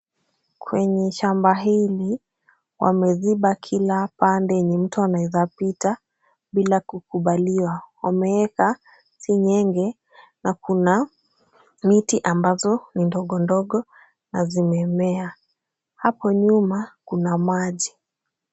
Kwenye shamba hili wameziba kila pande yenye mtu anaweza pita bila kukubaliwa. Ameeka seng'enge na kuna miti ambazo ni ndogo ndogo na zimemea. Hapo nyuma kuna maji.